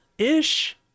Ish